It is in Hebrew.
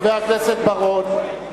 חבר הכנסת בר-און.